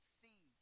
see